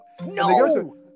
No